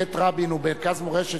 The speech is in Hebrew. בית רבין הוא מרכז מורשת,